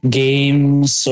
games